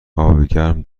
گرم